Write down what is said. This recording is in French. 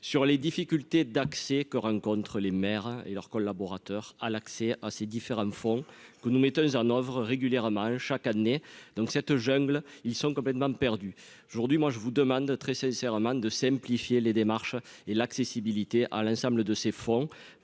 sur les difficultés d'accès que rencontrent les maires et leurs collaborateurs à l'accès à ces différents fonds que nous mettons en oeuvre régulièrement chaque année, donc cette jungle, ils sont complètement perdus aujourd'hui, moi je vous demande très sincèrement de simplifier les démarches et l'accessibilité à l'ensemble de ces fonds